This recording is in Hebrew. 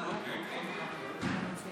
55